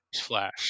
Flash